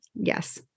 Yes